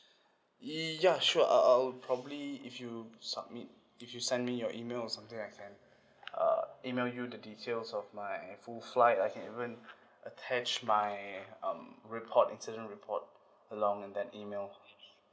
ya sure I'll I'll probably if you submit if you send me your email or something I can uh email you the details of my full flight I can even attach my um report incident report along in the email yup